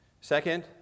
Second